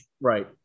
Right